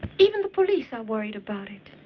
even the police are worried about it.